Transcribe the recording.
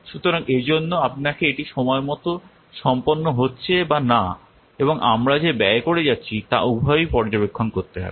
সুতরাং এজন্য আপনাকে এটি সময়মত সম্পন্ন হচ্ছে বা না এবং আমরা যে ব্যয় করে যাচ্ছি তা উভয়ই পর্যবেক্ষণ করতে হবে